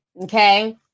Okay